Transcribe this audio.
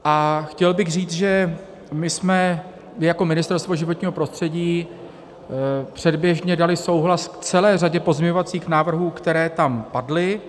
A chtěl bych říct, že my jsme i jako Ministerstvo životního prostředí předběžně dali souhlas k celé řadě pozměňovacích návrhů, které tam padly.